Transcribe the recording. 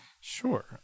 Sure